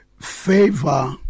favor